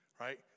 Right